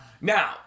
Now